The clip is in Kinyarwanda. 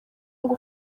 ngo